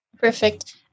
Perfect